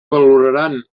valoraran